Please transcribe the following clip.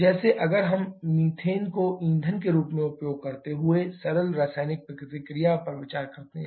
जैसे अगर हम मीथेन को ईंधन के रूप में उपयोग करते हुए सरल रासायनिक प्रतिक्रिया पर विचार करते हैं